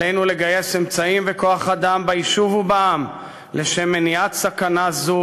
עלינו לגייס אמצעים וכוח-אדם ביישוב ובעם לשם מניעת סכנה זו,